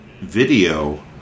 video